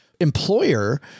employer